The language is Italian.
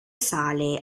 sale